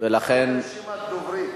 כבוד היושב-ראש, מה עם רשימת דוברים?